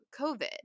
COVID